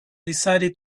decided